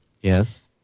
Yes